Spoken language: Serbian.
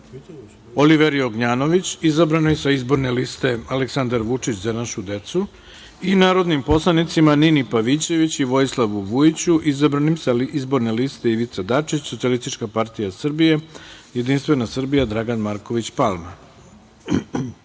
Oliveri Ognjanović, izabranoj sa izborne liste „Aleksandar Vučić - Za našu decu“ i narodnim poslanicima Nini Pavićević i Vojislavu Vujiću, izabranim sa liste Ivica Dačić – „Socijalistička partija Srbije, Jedinstvena Srbija“ - Dragan Marković Palma. Na